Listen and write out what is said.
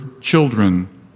children